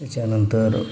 त्याच्यानंतर